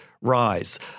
rise